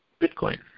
Bitcoin